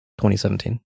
2017